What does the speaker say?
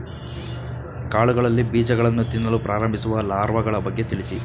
ಕಾಳುಗಳಲ್ಲಿ ಬೀಜಗಳನ್ನು ತಿನ್ನಲು ಪ್ರಾರಂಭಿಸುವ ಲಾರ್ವಗಳ ಬಗ್ಗೆ ತಿಳಿಸಿ?